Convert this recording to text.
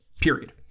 period